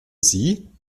sie